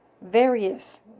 Various